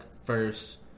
first